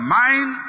mind